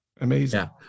Amazing